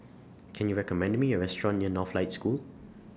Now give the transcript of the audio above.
Can YOU recommend Me A Restaurant near Northlight School